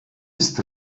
ist